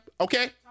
Okay